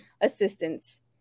assistance